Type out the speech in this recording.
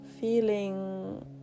feeling